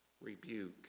rebuke